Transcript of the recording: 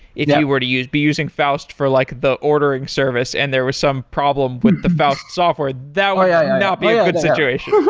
if you were to use using faust for like the ordering service and there was some problem with the faust software, that would not be a good situation.